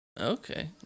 Okay